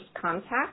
contact